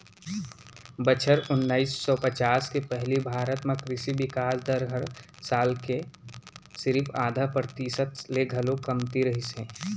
बछर ओनाइस सौ पचास के पहिली भारत म कृसि बिकास दर हर साल के सिरिफ आधा परतिसत ले घलौ कमती रहिस हे